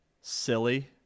silly